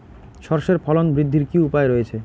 সর্ষের ফলন বৃদ্ধির কি উপায় রয়েছে?